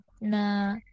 na